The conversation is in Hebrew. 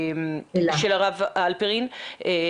שהרבה פעמים הן נכנסות לאשפוזית ובורחות